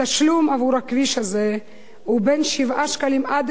התשלום עבור הכביש הזה הוא בין 7 שקלים עד